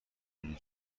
دونین